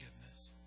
forgiveness